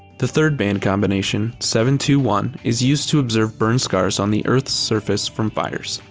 the third band combination, seven two one, is used to observe burn scars on the earth's surface from fires.